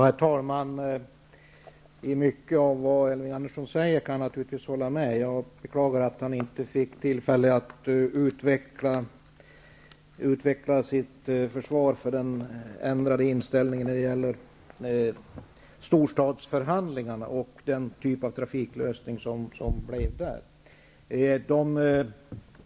Herr talman! Jag kan naturligtvis hålla med om mycket av det som Elving Andersson sade. Jag beklagar att han inte fick tillfälle att utveckla sitt försvar för den ändrade inställningen när det gäller storstadsförhandlingarna och den typ av trafiklösning som dessa har resulterat i.